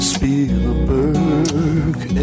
Spielberg